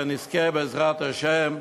ונזכה, בעזרת השם,